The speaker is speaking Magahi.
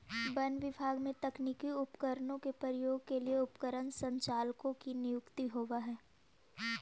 वन विभाग में तकनीकी उपकरणों के प्रयोग के लिए उपकरण संचालकों की नियुक्ति होवअ हई